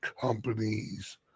companies